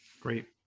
Great